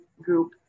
group